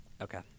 Okay